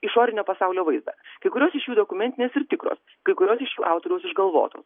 išorinio pasaulio vaizdą kai kurios iš jų dokumentinės ir tikros kai kurios iš jų autoriaus išgalvotos